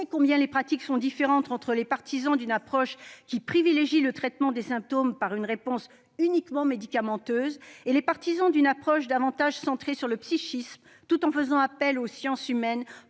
combien les pratiques sont différentes, entre les partisans d'une approche qui privilégie le traitement des symptômes par une réponse uniquement médicamenteuse et les partisans d'une approche plus centrée sur le psychisme, tout en faisant appel aux sciences humaines